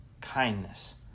kindness